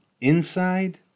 inside